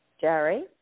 Jerry